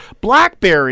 Blackberry